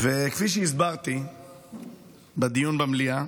כפי שהסברתי בדיון במליאה,